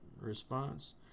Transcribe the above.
RESPONSE